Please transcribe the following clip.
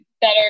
better